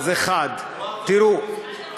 אז 1. תראו,